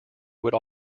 would